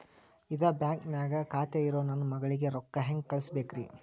ಇದ ಬ್ಯಾಂಕ್ ನ್ಯಾಗ್ ಖಾತೆ ಇರೋ ನನ್ನ ಮಗಳಿಗೆ ರೊಕ್ಕ ಹೆಂಗ್ ಕಳಸಬೇಕ್ರಿ?